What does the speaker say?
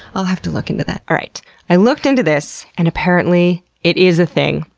i'll have to look into that. alright i looked into this and apparently it is a thing.